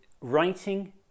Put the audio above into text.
writing